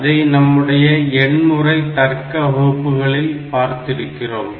அதை நம்முடைய எண்முறை தர்க்க வகுப்புகளில் பார்த்திருக்கிறோம்